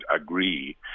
agree